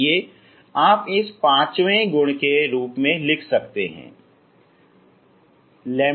इसलिए आप इसे पाँचवे गुण के रूप में लिख सकते हैं